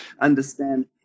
understand